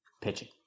pitching